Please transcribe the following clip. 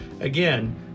Again